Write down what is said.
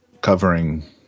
covering